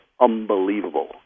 unbelievable